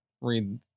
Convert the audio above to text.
read